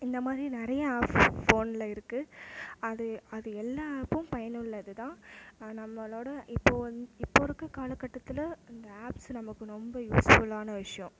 இந்த மாதிரி நிறையா ஆஃப்ஸ் போனில் இருக்குது அது அது எல்லா ஆப்பும் பயன் உள்ளது தான் நம்மளோட இப்போது வந் இப்போது இருக்க காலகட்டத்தில் இந்த ஆப்ஸ் நமக்கு ரொம்ப யூஸ்ஃபுல்லான விஷயம்